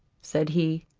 said he,